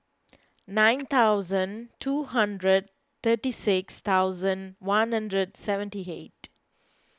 nine thousand two hundred thirty six thousand one hundred seventy eight